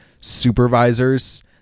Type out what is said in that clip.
supervisors